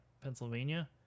Pennsylvania